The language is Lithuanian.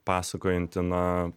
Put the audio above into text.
pasakojantį na